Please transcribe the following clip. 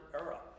era